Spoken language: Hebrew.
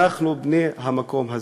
אנחנו בני המקום הזה.